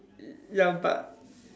ya but